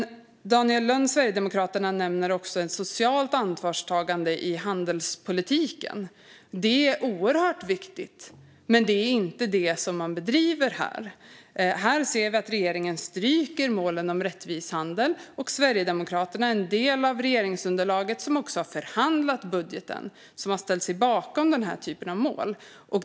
Daniel Lönn från Sverigedemokraterna nämner också ett socialt ansvarstagande i handelspolitiken. Det är oerhört viktigt, men det är inte vad man bedriver. Vi ser att regeringen har strukit målen om rättvis handel, och Sverigedemokraterna är en del av regeringsunderlaget och har förhandlat budgeten och ställt sig bakom mål som detta.